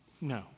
No